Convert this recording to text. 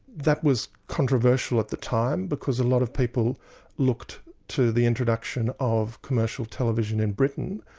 that was controversial at the time, because a lot of people looked to the introduction of commercial television in britain,